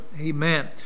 Amen